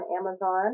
Amazon